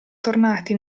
tornati